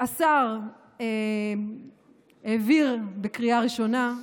השר העביר בקריאה הראשונה,